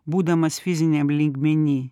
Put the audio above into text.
būdamas fiziniam lygmeny